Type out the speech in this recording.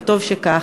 וטוב שכך,